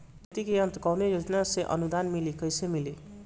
खेती के यंत्र कवने योजना से अनुदान मिली कैसे मिली?